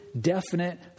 definite